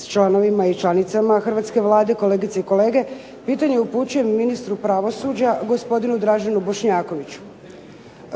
s članovima i članovima hrvatske Vlade, kolegice i kolege. Pitanje upućujem ministru pravosuđa gospodinu Draženu Bošnjakoviću.